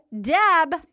Deb